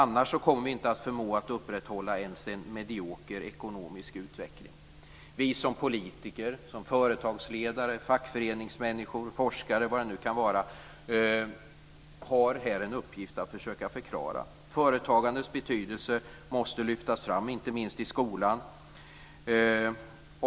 Annars kommer vi inte att förmå att upprätthålla ens en medioker ekonomisk utveckling. Företagandets betydelse måste lyftas fram, inte minst i skolan.